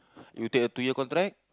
you take a two year contract